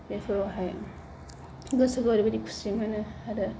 बेफोरावहाय गोसोखौ ओरैबायदि खुसि मोनो आरो